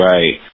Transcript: Right